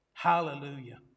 hallelujah